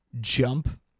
jump